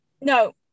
No